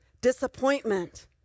disappointment